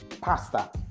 pasta